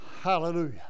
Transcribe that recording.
Hallelujah